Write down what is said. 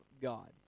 God